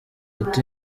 ati